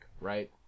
right